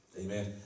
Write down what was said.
Amen